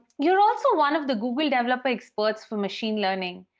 you're also one of the google developer experts for machine learning.